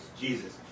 Jesus